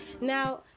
Now